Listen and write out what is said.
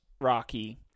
Rocky